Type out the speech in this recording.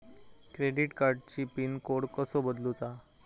Credit कार्डची pin code कसो बदलुचा?